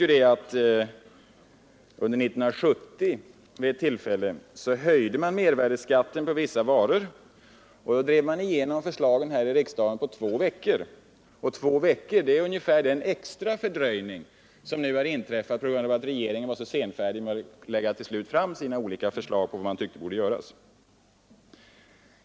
Under 1970 t.ex. höjde man mervärdeskatten på vissa varor och drev då igenom förslagen i riksdagen på två veckor. Två veckor är ungefär lika lång tid som den extra fördröjning som nu inträffat på grund av att regeringen varit så senfärdig med att till slut lägga fram sina förslag.